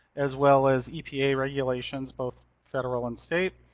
as well as epa regulations, both federal and state.